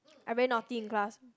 I very naughty in class